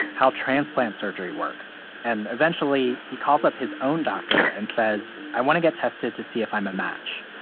how transplant surgery works. and eventually, he calls up his own doctor and says, i want to get tested to see if i'm a match.